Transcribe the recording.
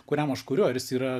kuriam aš kuriu ar jis yra